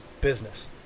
business